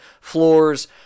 floors